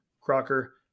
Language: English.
Crocker